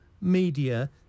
media